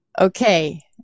Okay